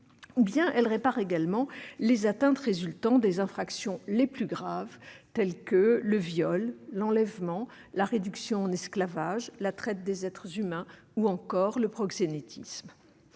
totale de travail pendant plus d'un mois -ou résultant des infractions les plus graves, telles que le viol, l'enlèvement, la réduction en esclavage, la traite des êtres humains ou encore le proxénétisme.